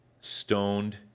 stoned